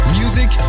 music